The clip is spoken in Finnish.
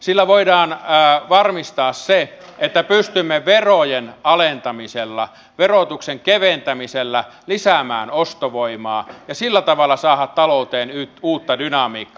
sillä voidaan varmistaa se että pystymme verojen alentamisella verotuksen keventämisellä lisäämään ostovoimaa ja sillä tavalla saamaan talouteen uutta dynamiikkaa